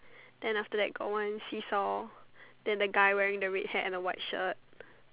then after that got one seesaw then the guy wearing the red hat and the white shirt